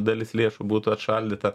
dalis lėšų būtų atšaldyta